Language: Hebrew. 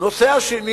הנושא השני